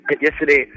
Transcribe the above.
yesterday